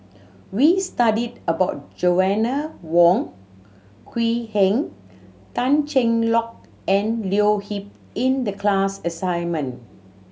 we studied about Joanna Wong Quee Heng Tan Cheng Lock and Leo Yip in the class assignment